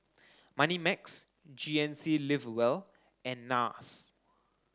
Moneymax G N C live well and NARS